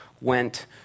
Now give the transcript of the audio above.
went